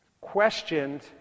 questioned